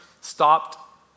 stopped